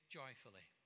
joyfully